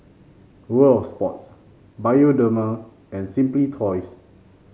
World Of Sports Bioderma and Simply Toys